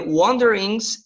wanderings